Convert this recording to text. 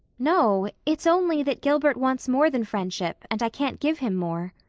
no it's only that gilbert wants more than friendship and i can't give him more.